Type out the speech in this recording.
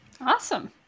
Awesome